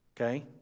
Okay